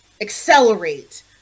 accelerate